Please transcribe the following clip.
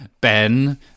Ben